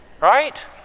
Right